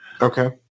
Okay